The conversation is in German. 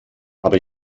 aber